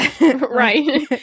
Right